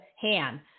hand